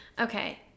Okay